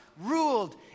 ruled